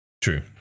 true